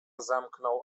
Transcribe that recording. zamknął